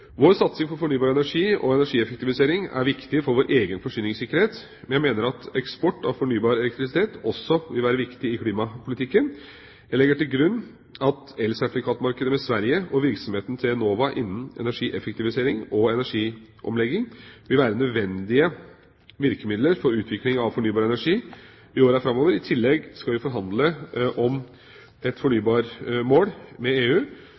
Vår satsing på fornybar energi og energieffektivisering er viktig for vår egen forsyningssikkerhet. Men jeg mener at eksport av fornybar elektrisitet også vil være viktig i klimapolitikken. Jeg legger til grunn at elsertifikatmarkedet med Sverige og virksomheten til Enova innenfor energieffektivisering og energiomlegging vil være nødvendige virkemidler for utvikling av fornybar energi i årene framover. I tillegg skal vi forhandle om et fornybarmål med EU,